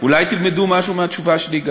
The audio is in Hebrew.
אולי גם תלמדו משהו מהתשובה שלי?